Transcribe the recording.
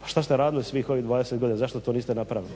Pa šta ste radili svih ovih dvadeset godina, zašto to niste napravili?